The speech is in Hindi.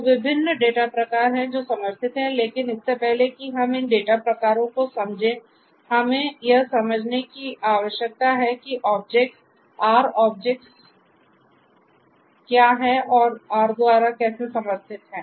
तो विभिन्न डेटा प्रकार हैं जो समर्थित हैं लेकिन इससे पहले कि हम इन डेटा प्रकारों को समझें हमें यह समझने की आवश्यकता है कि ऑब्जेक्ट्स R ऑब्जेक्ट्स है जो R द्वारा समर्थित हैं